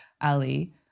Ali